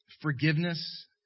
forgiveness